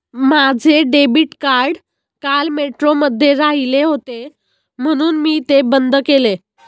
माझे debit card काल मेट्रोमध्ये राहिले होते म्हणून मी ते बंद केले